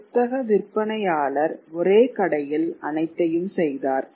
புத்தக விற்பனையாளர் ஒரே கடையில் அனைத்தையும் செய்தார்